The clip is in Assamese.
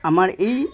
আমাৰ এই